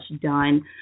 done